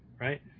right